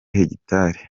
hegitari